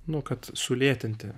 nu kad sulėtinti